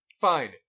Fine